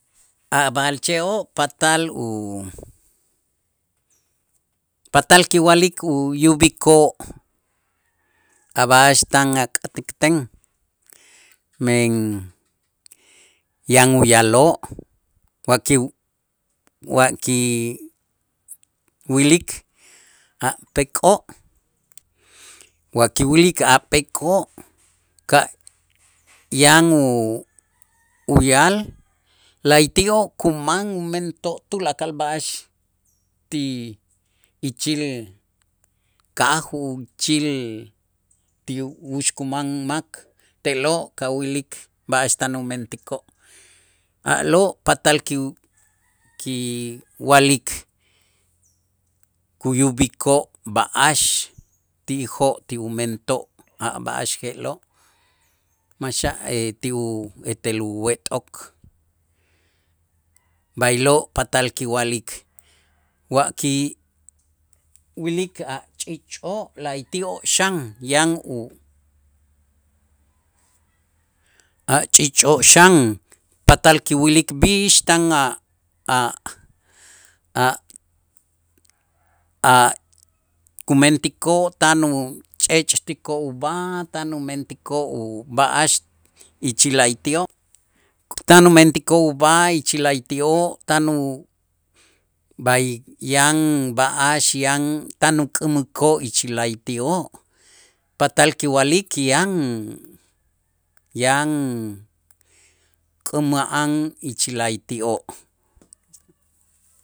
A' b'a'alche'oo' patal u patal kiwa'lik uyub'ikoo' a' b'a'ax tan ak'atikten men yan uyaloo' wa kiw wa kiwilik a' pek'oo' wa kiwilik a' pek'oo' ka' yan u- uyal la'ayti'oo' kuman umentoo' tulakal b'a'ax ti ichil kaj, u ichil ti ux kuman mak te'lo' kawilik b'a'ax tan umentikoo', a'lo' patal kiw- kiwa'lik kuyub'ikoo' b'a'ax ti'ijoo' ti umentoo' a' b'a'ax je'lo', maxa' ti u etel uwet'ok, b'aylo' patal kiwa'lik wa kiwilik a' ch'iich'oo' la'ayti'oo' xan yan u a' ch'iich'oo' xan patal kiwilik b'ix tan a' a' a' a' kumentikoo' tan uch'ech'tikoo' ub'aj tan umentikoo' ub'a'ax ichil la'ayti'oo', tan umentikoo' ub'ay ichil la'ayti'oo' tan u b'ay yan b'a'ax yan tan uk'ämikoo' ichil la'ayti'oo', patal kiwa'lik yan yan k'äma'an ichil la'ayti'oo'.